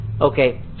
Okay